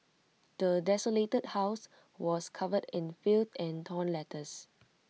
the desolated house was covered in filth and torn letters